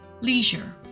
Leisure